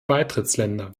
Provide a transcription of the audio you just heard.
beitrittsländer